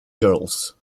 girls